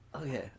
Okay